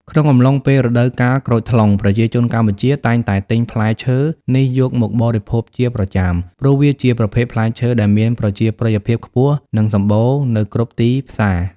ក្នុងអំឡុងពេលរដូវកាលក្រូចថ្លុង ប្រជាជនកម្ពុជាតែងតែទិញផ្លែឈើនេះយកមកបរិភោគជាប្រចាំ ព្រោះវាជាប្រភេទផ្លែឈើដែលមានប្រជាប្រិយភាពខ្ពស់ និងសម្បូរនៅគ្រប់ទីផ្សារ។